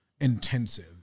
intensive